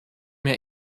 mehr